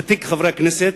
ותיק חברי הכנסת,